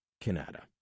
Canada